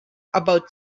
about